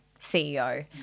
CEO